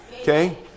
Okay